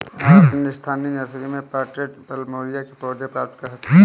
आप अपनी स्थानीय नर्सरी में पॉटेड प्लमेरिया के पौधे प्राप्त कर सकते है